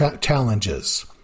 challenges